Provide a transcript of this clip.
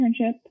internship